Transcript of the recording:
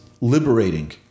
liberating